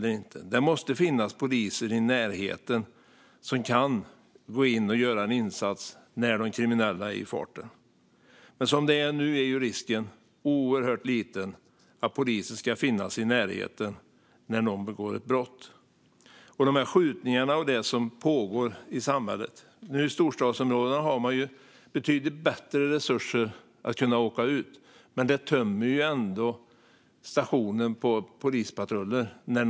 Det måste finnas poliser i närheten som kan göra en insats när de kriminella är i farten. Som det är nu är risken oerhört liten för att polisen ska finnas i närheten när någon begår ett brott. Nu har polisen i storstadsområdena bättre resurser för att åka ut, men de skjutningar och annat som pågår i samhället tömmer ändå stationerna på polispatruller.